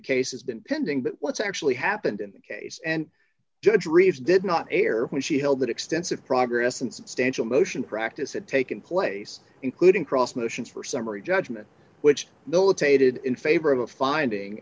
case has been pending but what's actually happened in the case and judge reeves did not air when she held that extensive progress and substantial motion practice had taken place including cross motions for summary judgment which militated in favor of a finding